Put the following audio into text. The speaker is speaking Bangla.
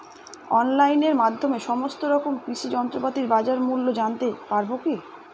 অনলাইনের মাধ্যমে সমস্ত রকম কৃষি যন্ত্রপাতির বাজার মূল্য জানতে পারবো কি?